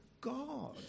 God